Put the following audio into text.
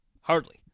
Hardly